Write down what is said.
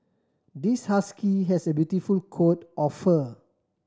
this husky has a beautiful coat of fur